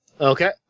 Okay